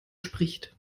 spricht